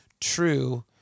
true